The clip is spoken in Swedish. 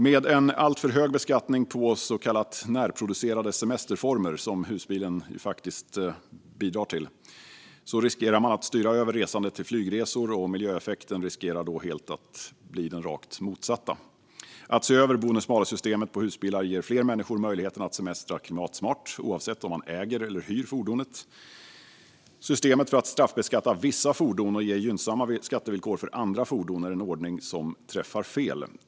Med en alltför hög beskattning på så kallade närproducerade semesterformer, något som husbilen faktiskt är, riskerar man att styra över resandet till flygresor, och miljöeffekten riskerar då att bli den rakt motsatta. Att se över bonus-malus-systemet på husbilar ger fler människor möjligheten att semestra klimatsmart, oavsett om de äger eller hyr fordonet. Systemet för att straffbeskatta vissa fordon och ge gynnsamma skattevillkor för andra fordon är en ordning som träffar fel.